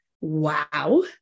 wow